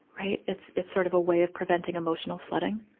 right. it's, it's sort of a way of preventing emotional flooding.